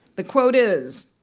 the quote is,